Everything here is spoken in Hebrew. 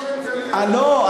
לא,